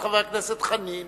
את חבר הכנסת חנין.